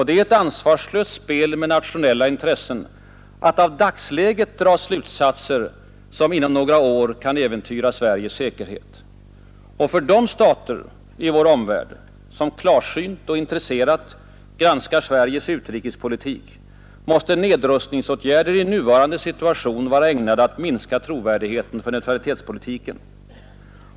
Det är ett ansvarslöst spel med nationella intressen att av dagsläget dra slutsatser, som inom några år kan äventyra Sveriges säkerhet. Och för de stater i vår omvärld som klarsynt och intresserat granskar Sveriges utrikespolitik måste nedrustningsåtgärder i nuvarande situation vara ägnade att minska trovärdigheten hos neutralitetspolitiken.